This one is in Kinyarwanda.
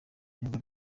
numva